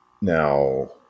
Now